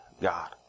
God